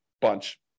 bunch